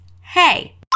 Hey